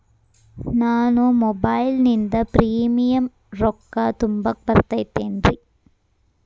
ನಾನು ಮೊಬೈಲಿನಿಂದ್ ಪ್ರೇಮಿಯಂ ರೊಕ್ಕಾ ತುಂಬಾಕ್ ಬರತೈತೇನ್ರೇ?